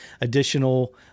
additional